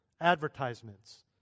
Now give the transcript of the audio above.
advertisements